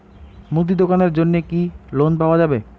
মুদি দোকানের জন্যে কি লোন পাওয়া যাবে?